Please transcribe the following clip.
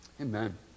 Amen